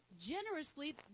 generously